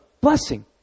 blessing